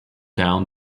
down